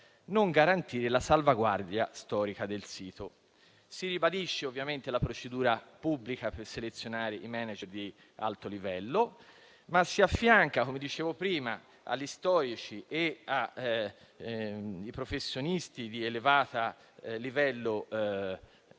non garantire la salvaguardia storica del sito. Si ribadisce la procedura pubblica per selezionare i *manager* di alto livello, ma, come dicevo prima, a storici e professionisti di elevato livello culturale